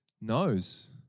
knows